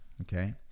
Okay